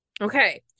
Okay